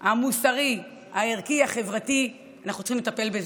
המוסרי, הערכי, החברתי, אנחנו צריכים לטפל בזה,